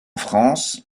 france